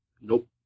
Nope